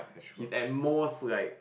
he's at most like